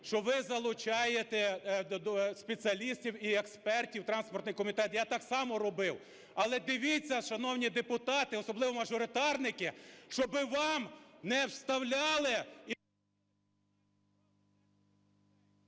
що ви залучаєте спеціалістів і експертів в транспортний комітет, я так само робив. Але, дивіться, шановні депутати, особливо мажоритарники, щоби вам не вставляли...